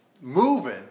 moving